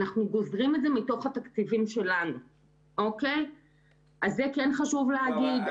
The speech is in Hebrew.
אנחנו גוזרים את זה מתוך התקציבים שלנו ואת זה כן חשוב לומר.